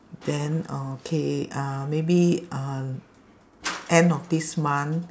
then okay uh maybe uh end of this month